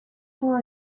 for